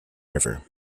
river